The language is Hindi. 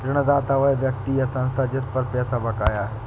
ऋणदाता वह व्यक्ति या संस्था है जिस पर पैसा बकाया है